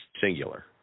singular